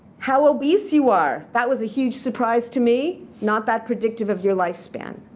how obese you are. that was a huge surprise to me. not that predictive of your lifespan.